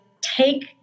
take